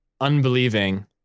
unbelieving